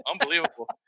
Unbelievable